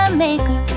maker